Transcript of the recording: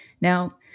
Now